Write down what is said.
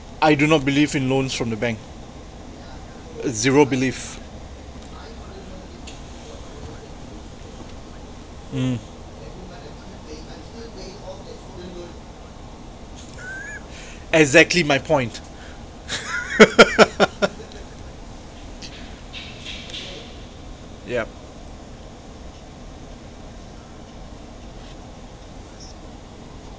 I do not believe in loans from the bank zero believe mm exactly my point yup